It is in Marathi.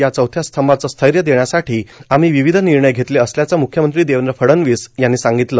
या चौथ्या स्तंभास स्थैर्य देण्यासाठी आम्ही विविध निर्णय घेतले असल्याचं म्ख्यमंत्री देवेंद्र फडणवीस यांनी सांगितलं